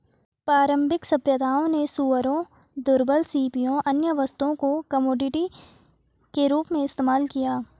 प्रारंभिक सभ्यताओं ने सूअरों, दुर्लभ सीपियों, अन्य वस्तुओं को कमोडिटी के रूप में इस्तेमाल किया